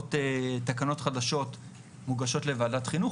מוצעות תקנות חדשות מוגשות לוועדת חינוך,